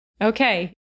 Okay